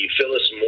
Phyllis